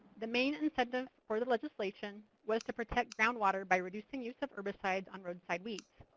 the main incentive for the legislation was to protect groundwater by reducing use of herbicides on roadside weeds.